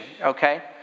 Okay